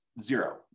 zero